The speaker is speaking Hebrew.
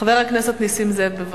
חבר הכנסת נסים זאב, בבקשה.